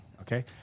Okay